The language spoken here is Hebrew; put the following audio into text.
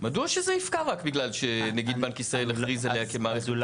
מדוע שזה יפקע רק כי נגיד בנק ישראל הכריז עליה כמערכת --- אז אולי